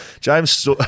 James